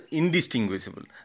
indistinguishable